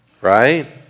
Right